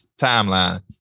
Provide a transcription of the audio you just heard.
timeline